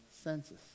census